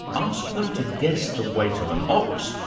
ask them to guess the weight of an ox,